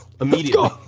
immediately